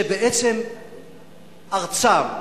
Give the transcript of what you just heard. שבעצם ארצם,